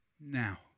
now